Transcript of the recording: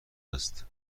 است